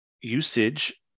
usage